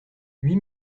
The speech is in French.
huit